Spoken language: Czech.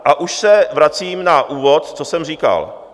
A už se vracím na úvod, co jsem říkal.